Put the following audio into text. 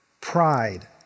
pride